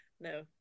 No